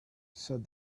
said